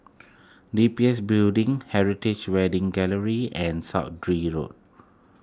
D B S Building Heritage Wedding Gallery and Road